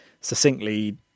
succinctly